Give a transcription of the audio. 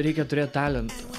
reikia turėt talento